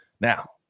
Now